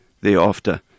thereafter